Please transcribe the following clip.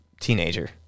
teenager